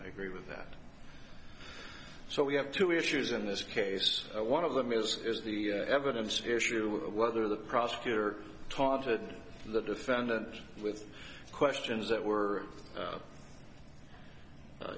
i agree with that so we have two issues in this case one of them is is the evidence issue of whether the prosecutor talked to the defendant with questions that were